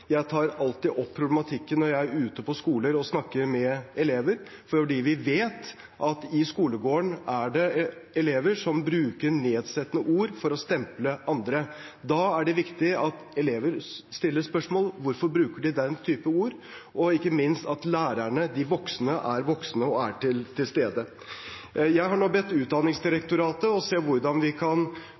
Jeg tar alltid opp problematikken når jeg er ute på skoler og snakker med elever, fordi vi vet at i skolegården er det elever som bruker nedsettende ord for å stemple andre. Da er det viktig at elever stiller spørsmål om hvorfor de bruker den type ord, og ikke minst at lærerne – de voksne – er voksne og er til stede. Jeg har nå bedt Utdanningsdirektoratet om å se hvordan vi kan